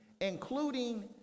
including